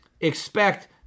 expect